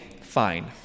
fine